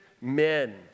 men